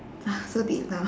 ah so deep now